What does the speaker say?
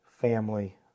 family